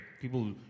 People